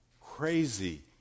crazy